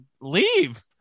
leave